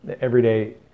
everyday